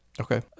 Okay